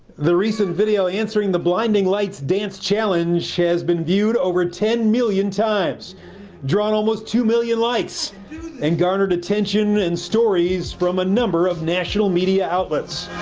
the recent video answering the blinding lights dance challenge shes been viewed over ten million times drawn almost two million lights and garnered attention and stories from a number of national media attention